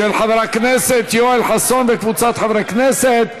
של חבר הכנסת יואל חסון וקבוצת חברי הכנסת.